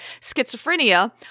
schizophrenia